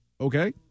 okay